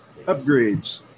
upgrades